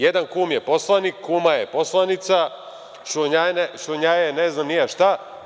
Jedan kum je poslanik, kuma je poslanica, šurnjaja je ne znam ni ja šta.